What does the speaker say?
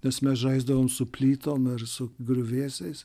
nes mes žaisdavom su plytom ir su griuvėsiais